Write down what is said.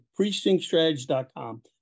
PrecinctStrategy.com